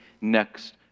next